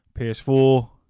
PS4